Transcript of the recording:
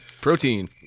Protein